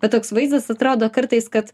bet toks vaizdas atrodo kartais kad